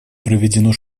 проведено